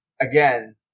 again